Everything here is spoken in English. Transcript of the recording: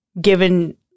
given